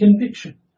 conviction